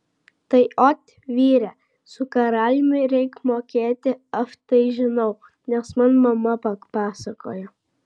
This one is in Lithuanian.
tai ot vyre su karaliumi reik mokėti aš tai žinau nes man mama papasakojo